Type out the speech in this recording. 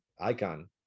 icon